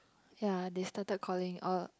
ya they started calling all